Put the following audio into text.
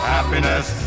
Happiness